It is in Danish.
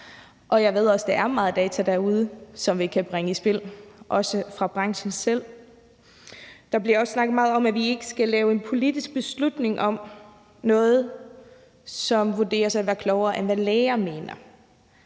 Jeg ved også, at der er meget data derude, som vi kan bringe i spil, også i branchen selv. Der bliver også snakket meget om, at vi ikke skal træffe en politisk beslutning om noget, som læger vurderes at være klogere til at mene